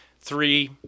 three